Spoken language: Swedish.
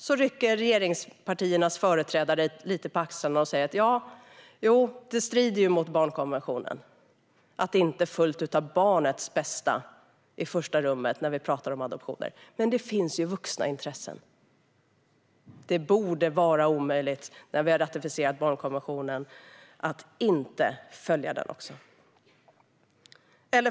Där rycker regeringspartiernas företrädare lite på axlarna och säger att det strider mot barnkonventionen att man inte sätter barnets bästa i första rummet när vi pratar om adoptioner, men det finns ju vuxna intressen. Det borde vara omöjligt att inte följa barnkonventionen när vi har ratificerat den.